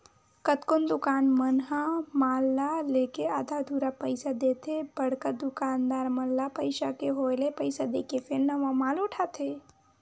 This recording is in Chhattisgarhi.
कतकोन दुकानदार मन ह माल ल लेके आधा अधूरा पइसा देथे बड़का दुकानदार मन ल पइसा के होय ले पइसा देके फेर नवा माल उठाथे